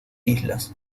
islas